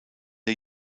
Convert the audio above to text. der